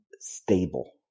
stable